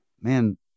Man